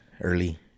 early